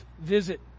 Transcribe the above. visit